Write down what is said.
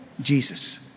Jesus